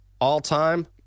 all-time